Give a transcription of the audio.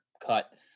cut